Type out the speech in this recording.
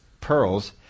pearls